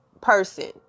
person